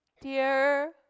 Dear